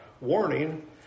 Warning